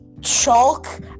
chalk